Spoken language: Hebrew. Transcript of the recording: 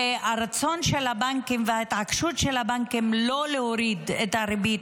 והרצון של הבנקים וההתעקשות של הבנקים לא להוריד את הריבית,